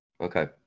okay